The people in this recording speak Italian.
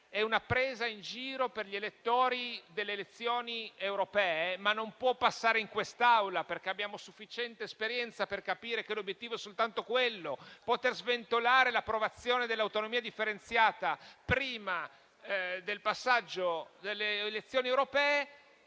è una presa in giro per gli elettori delle elezioni europee, ma non può passare in quest'Aula, perché abbiamo sufficiente esperienza per capire che l'obiettivo è soltanto quello, poter sventolare l'approvazione dell'autonomia differenziata prima delle elezioni europee,